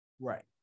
Right